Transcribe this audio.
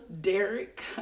Derek